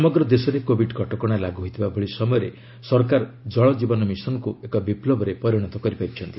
ସମଗ୍ର ଦେଶରେ କୋଭିଡ୍ କଟକଣା ଲାଗୁ ହୋଇଥିବା ଭଳି ସମୟରେ ସରକାର ଜଳଜୀବନ ମିଶନକୁ ଏକ ବିପୁବରେ ପରିଣତ କରିଛନ୍ତି